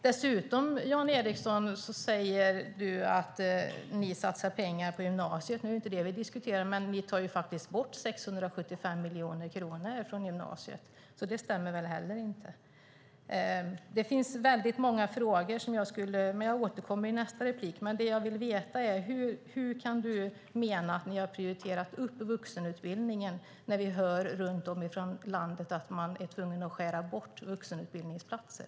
Dessutom säger Jan Ericson att man satsar pengar på gymnasiet. Det är inte det vi diskuterar, men ni tar faktiskt bort 675 miljoner kronor från gymnasiet, så det stämmer inte heller. Det finns många frågor, och jag återkommer i nästa replik. Det jag vill veta nu är: Hur kan Jan Ericson mena att Alliansen har prioriterat upp vuxenutbildningen när vi hör att man runt om i landet är tvungen att skära ned på vuxenutbildningsplatser?